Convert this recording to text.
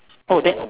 orh then